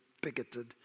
bigoted